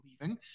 leaving